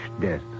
death